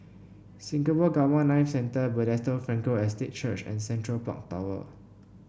Singapore Gamma Knife Centre Bethesda Frankel Estate Church and Central Park Tower